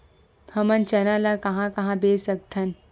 हमन चना ल कहां कहा बेच सकथन?